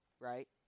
Right